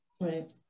Right